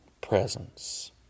presence